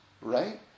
right